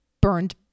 Burned